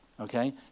okay